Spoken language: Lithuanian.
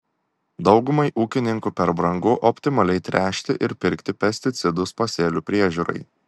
daugumai ūkininkų per brangu optimaliai tręšti ir pirkti pesticidus pasėlių priežiūrai